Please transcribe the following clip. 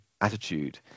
attitude